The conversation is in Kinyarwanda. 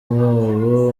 mwobo